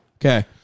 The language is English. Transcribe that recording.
Okay